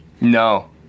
No